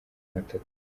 batatu